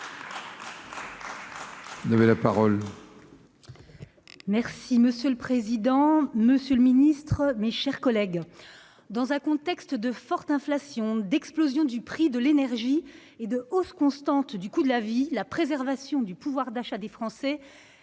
Monsieur le président, monsieur le ministre, mes chers collègues, dans un contexte de forte inflation, d'explosion du prix de l'énergie et de hausse constante du coût de la vie, la préservation du pouvoir d'achat des Français